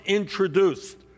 introduced